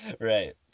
Right